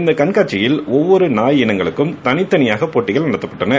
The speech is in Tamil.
இந்த கண்காட்சியில் ஒவ்வொரு நாய் இனங்களுக்கும் தனித்தனியாக போட்டிகள் நடத்தப்பட்டன